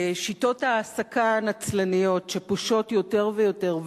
ושיטות ההעסקה הנצלניות שפושות יותר ויותר,